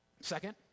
Second